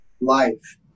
life